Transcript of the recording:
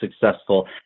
successful